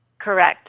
Correct